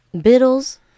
Biddle's